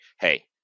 Hey